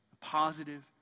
positive